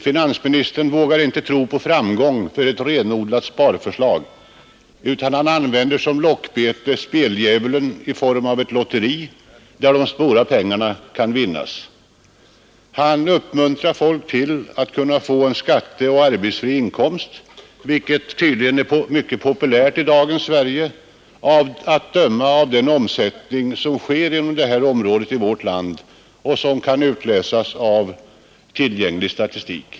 Finansministern vågar inte tro på framgång för ett renodlat sparförslag, utan han använder som lockbete speldjävulen i form av ett lotteri, där de stora pengarna kan vinnas. Han uppmuntrar folk till att kunna få en skatteoch arbetsfri inkomst, vilket tydligen är mycket populärt i dagens Sverige att döma av den omsättning som sker på det här området i vårt land och som kan utläsas av tillgänglig statistik.